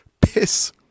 piss